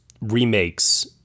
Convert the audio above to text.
remakes